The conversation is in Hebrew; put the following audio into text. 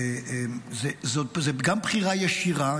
זאת גם בחירה ישירה,